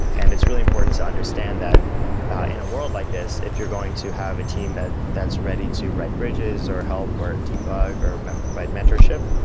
and it's really important to understand that in a world like this, if you're going to have a team that's ready to write bridges, or help, or debug, or provide mentorship,